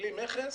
בלי מכס.